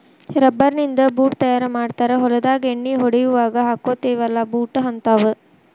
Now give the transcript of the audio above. rubber ನಿಂದ boot ತಯಾರ ಮಾಡ್ತಾರ ಹೊಲದಾಗ ಎಣ್ಣಿ ಹೊಡಿಯುವಾಗ ಹಾಕ್ಕೊತೆವಿ ಅಲಾ ಬೂಟ ಹಂತಾವ